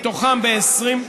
מתוכם ב-20,